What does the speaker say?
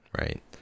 Right